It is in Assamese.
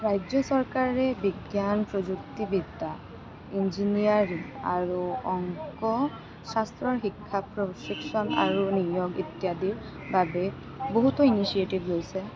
ৰাজ্য চৰকাৰে বিজ্ঞান প্ৰযুক্তিবিদ্য়া ইঞ্জিনায়াৰিং আৰু অংকশাস্ত্ৰৰ শিক্ষাৰ প্ৰশিক্ষণ আৰু নিয়ম ইত্যাদিৰ বাবে বহুতো ইনিচিয়েটিভ লৈছে